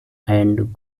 and